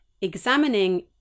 examining